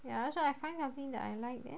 ya that's why I find something that I like then